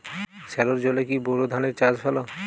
সেলোর জলে কি বোর ধানের চাষ ভালো?